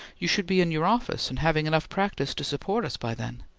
you should be in your office and having enough practice to support us by then.